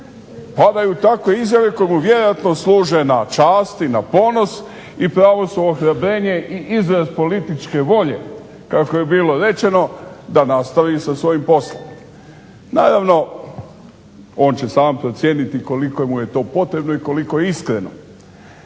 je u takvoj izjavi komu vjerojatno služe na čast i na ponos i … ohrabrenje i izraz političke volje, kako je bilo rečeno da nastavi sa svojim poslom. Naravno, on će sam procijeniti koliko mu je to potrebno i koliko iskreno.